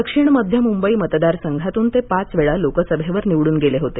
दक्षिण मध्य मुंबई मतदारसंघातून ते पाचवेळा लोकसभेवर निवडून गेले होते